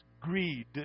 greed